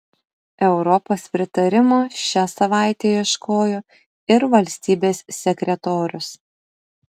europos pritarimo šią savaitę ieškojo ir valstybės sekretorius